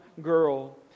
girl